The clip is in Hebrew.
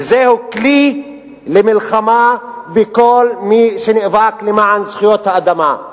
וזהו כלי למלחמה בכל מי שנאבק למען זכויות האדם.